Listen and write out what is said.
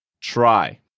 Try